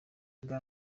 bwa